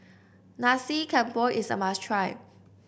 Nasi Campur is a must try